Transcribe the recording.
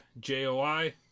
JOI